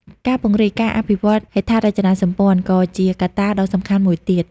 ការពង្រីក ការអភិវឌ្ឍហេដ្ឋារចនាសម្ព័ន្ធ ក៏ជាកត្តាដ៏សំខាន់មួយទៀត។